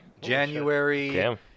january